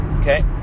Okay